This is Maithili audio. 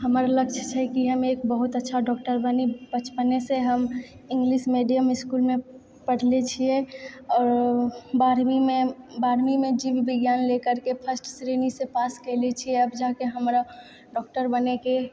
हमर लक्ष्य छै कि हम एक बहुत अच्छा डॉक्टर बनी बचपनेसँ हम इंगलिश मीडियम इसकुलमे पढ़ले छियै आओर बारहवीमे बारहवीमे जीव विज्ञान ले करके फर्स्ट श्रेणीसँ पास कएले छियै आब जबतक हमरा डॉक्टर बनैके